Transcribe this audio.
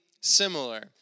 similar